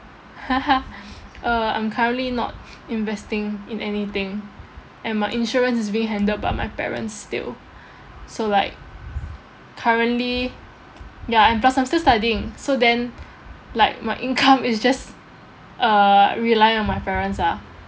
uh I'm currently not investing in anything and my insurance is being handled by my parents still so like currently ya I'm plus I'm still studying so then like my income is just uh rely on my parents ah